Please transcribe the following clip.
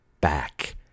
Back